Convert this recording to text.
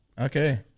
Okay